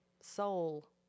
soul